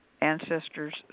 ancestors